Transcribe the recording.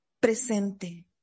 presente